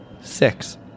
Six